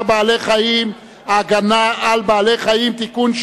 בעלי-חיים (הגנה על בעלי-חיים) (תיקון,